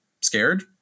scared